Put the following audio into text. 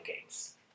games